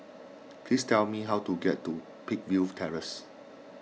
please tell me how to get to Peakville Terrace